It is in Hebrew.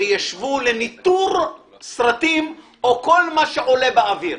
שיישבו לניטור סרטים וכל מה שעולה לאוויר.